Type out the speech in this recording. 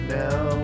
now